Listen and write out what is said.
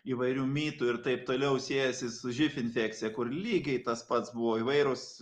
įvairių mitų ir taip toliau siejasi su živ infekcija kur lygiai tas pats buvo įvairūs